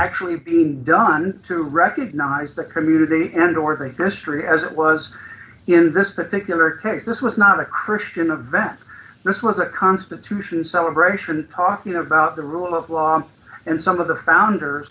actually being done to recognize that community and or history as it was in this particular case this was not a christian the vast this was a constitution celebration talking about the rule of law and some of the founders